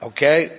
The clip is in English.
Okay